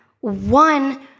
One